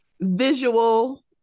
visual